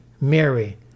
Mary